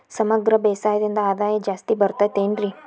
ಸಮಗ್ರ ಬೇಸಾಯದಿಂದ ಆದಾಯ ಜಾಸ್ತಿ ಬರತೈತೇನ್ರಿ?